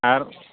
ᱟᱨ